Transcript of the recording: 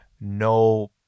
no